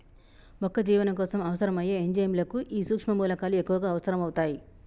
మొక్క జీవనం కోసం అవసరం అయ్యే ఎంజైముల కు ఈ సుక్ష్మ మూలకాలు ఎక్కువగా అవసరం అవుతాయి